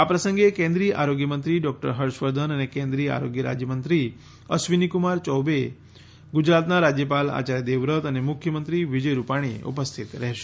આ પ્રસંગે કેન્દ્રીય આરોગ્ય મંત્રી ડોકટર હર્ષવર્ધન અને કેન્દ્રીય આરોગ્ય રાજ્યમંત્રી અશ્વિનીકુમાર ચૌબે ગુજરાતના રાજ્યપાલ આચાર્ય દેવવ્રત અને મુખ્યમંત્રી વિજય રૂપાણી ઉપસ્થિત રહેશે